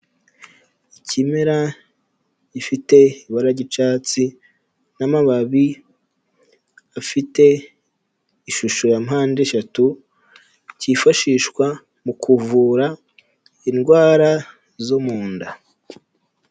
Ikimera gifite ibara ry'icatsi n'amababi afite ishusho ya mpande eshatu, kifashishwa mu kuvura indwara zo mu nda.